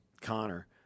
Connor